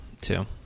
two